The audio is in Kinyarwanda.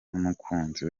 n’umukunzi